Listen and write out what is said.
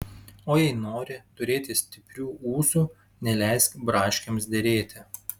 o jei nori turėti stiprių ūsų neleisk braškėms derėti